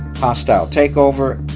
hostile takeover